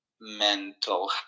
mental